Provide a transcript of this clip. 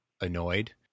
annoyed